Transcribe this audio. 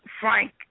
Frank